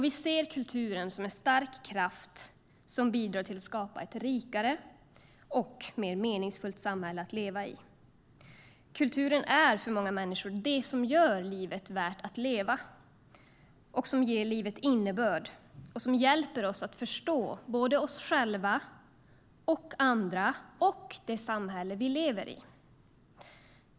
Vi ser kulturen som en stark kraft som bidrar till att skapa ett rikare och mer meningsfullt samhälle att leva i. Kulturen är för många människor det som gör livet värt att leva, som ger livet innebörd och som hjälper oss att förstå oss själva, andra och det samhälle vi lever i.